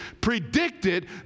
predicted